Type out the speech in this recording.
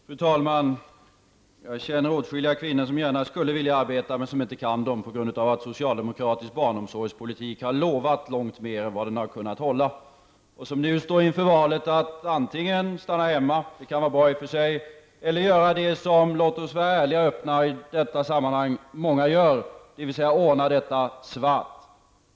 Fru talman! Jag känner åtskilliga kvinnor som gärna skulle vilja arbeta men som inte kan det på grund av att socialdemokratisk barnomsorgspolitik har lovat långt mer än vad den har kunnat hålla och som nu står inför valet att antingen stanna hemma, låt vara att det kan vara bra i och för sig, eller göra det som många -- låt oss vara öppna och ärliga i detta sammanhang -- gör, dvs. ordna barnomsorgen svart.